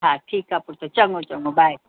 हा ठीकु आहे पुटु चङो चङो बाए